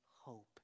hope